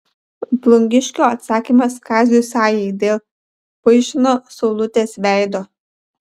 plungiškio atsakymas kaziui sajai dėl paišino saulutės veido